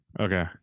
okay